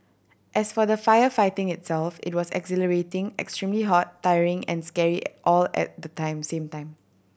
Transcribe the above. as for the firefighting itself it was exhilarating extremely hot tiring and scary all at the time same time